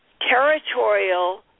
territorial